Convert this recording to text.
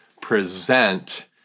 present